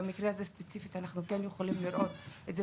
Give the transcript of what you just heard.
במקרה הזה אנחנו יכולים לראות את זה